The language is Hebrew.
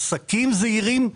עסקים זעירים,